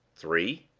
three.